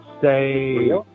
say